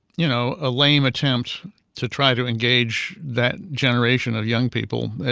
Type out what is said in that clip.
you know, a lame attempt to try to engage that generation of young people,